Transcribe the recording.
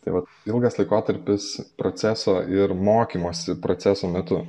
tai vat ilgas laikotarpis proceso ir mokymosi proceso metu